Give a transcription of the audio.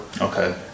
Okay